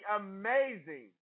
amazing